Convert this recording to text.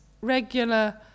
regular